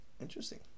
Interesting